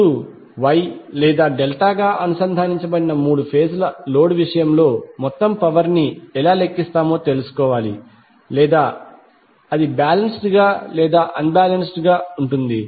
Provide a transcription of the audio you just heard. ఇప్పుడు Y లేదా delta గా అనుసంధానించబడిన మూడు ఫేజ్ ల లోడ్ విషయంలో మొత్తం పవర్ ని ఎలా లెక్కిస్తామో తెలుసుకోవాలి లేదా అది బాలెన్స్డ్ గా లేదా అన్ బాలెన్స్డ్ గా ఉంటుంది